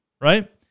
right